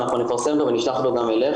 ואנחנו נפרסם אותו ונשלח אותו גם לוועדה,